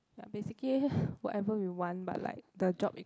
ya basically whatever we want but like the job it